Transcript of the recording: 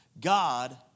God